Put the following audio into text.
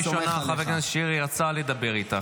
רגע, אני אעצור לך.